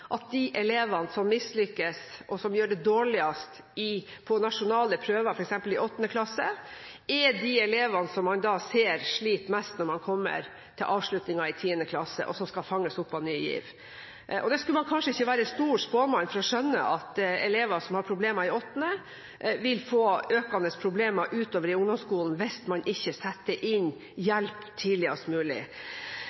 at de elevene som mislykkes, og som gjør det dårligst på nasjonale prøver f.eks. i 8. klasse, er de elevene som man ser sliter mest når man kommer til avslutningen i 10. klasse, og som skal fanges opp av Ny GIV. Man skal kanskje ikke være stor spåmann for å skjønne at elever som har problemer i 8. klasse, vil få økende problemer utover i ungdomsskolen hvis man ikke setter inn